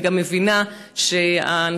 אני גם מבינה שהנתיב,